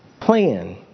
plan